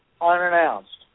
unannounced